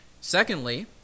Secondly